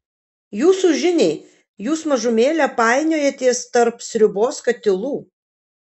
jūsų žiniai jūs mažumėlę painiojatės tarp sriubos katilų